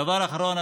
דבר אחרון,